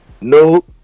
no